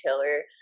retailer